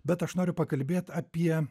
bet aš noriu pakalbėt apie